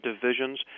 divisions